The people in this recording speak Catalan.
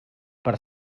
per